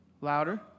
Louder